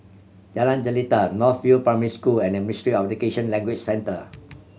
Jalan Jelita North View Primary School and Ministry of Education Language Centre